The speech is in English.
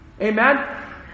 Amen